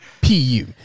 P-U